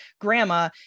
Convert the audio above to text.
grandma